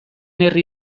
herri